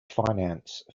finance